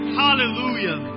hallelujah